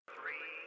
Three